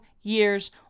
years